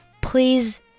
please